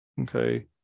okay